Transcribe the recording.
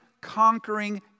conquering